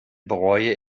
bereue